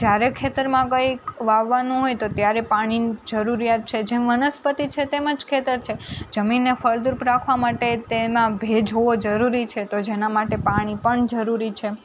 જ્યારે ખેતરમાં કંઇક વાવવાનું હોય તો ત્યારે પાણીની જરૂરિયાત છે જેમ વનસ્પતિ છે તેમજ ખેતર છે જમીનને ફળદ્રુપ રાખવા માટે તેમાં ભેજ હોવો જરૂરી છે તો જેના માટે પાણી પણ જરૂરી છે